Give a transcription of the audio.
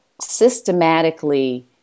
systematically